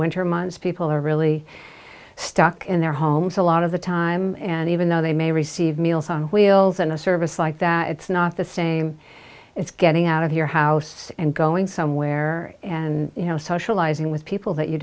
winter months people are really stuck in their homes a lot of the time and even though they may receive meals on wheels and a service like that it's not the same it's getting out of your house and going somewhere and you know socializing with people that you